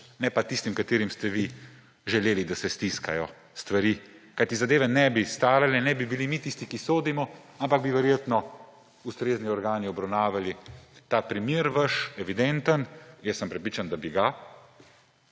ne pa tistim, katerim ste vi želeli, da se stiskajo stvari, kajti zadeve ne bi starale in ne bi bili mi tisti, ki sodimo, ampak bi verjetno ustrezni organi obravnavali ta vaš primer, evidenten ‒ jaz sem prepričan, da bi ga